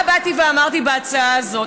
מה אמרתי בהצעה הזאת?